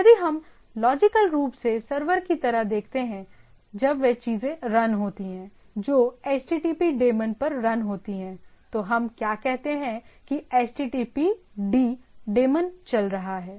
यदि हम लॉजिकल रूप से सर्वर की तरह देखते हैं जब वे चीजें रन होती हैं जो http डेमन पर रन होती हैं तो हम क्या कहते हैं कि httpd डेमॉन चल रहा है